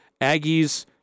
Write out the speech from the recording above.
Aggies